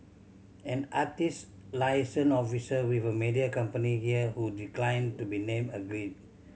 an artist liaison officer with a media company here who declined to be named agreed